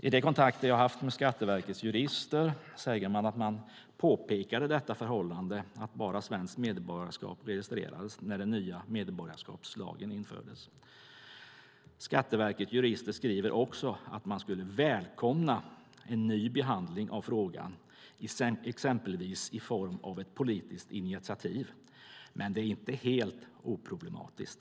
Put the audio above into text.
I de kontakter jag har haft med Skatteverkets jurister säger de att de påpekade detta förhållande att bara svenskt medborgarskap registrerades när den nya medborgarskapslagen infördes. Skattverkets jurister skriver också att de skulle välkomna en ny behandling av frågan exempelvis i form av ett politiskt initiativ men att det inte är helt oproblematiskt.